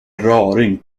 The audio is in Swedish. raring